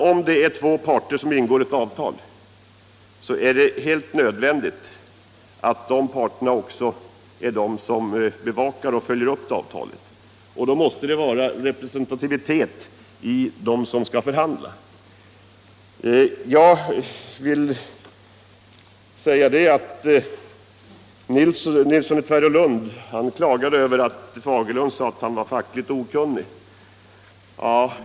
Om två parter ingår ett avtal är det nödvändigt att parterna också bevakar och följer upp avtalet, och därför måste det finnas representativitet för dem som skall förhandla. Herr Nilsson i Tvärålund klagade över att herr Fagerlund hade sagt att herr Nilsson var fackligt okunnig.